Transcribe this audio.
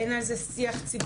אין על זה שיח ציבורי,